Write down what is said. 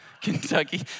Kentucky